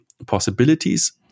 possibilities